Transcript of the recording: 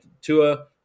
Tua